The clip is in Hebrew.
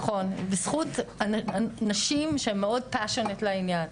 נכון, בזכות נשים שהן מאוד 'פאשן' לעניין.